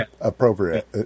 appropriate